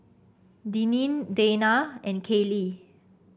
Deneen Dayna and Kayley